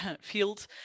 field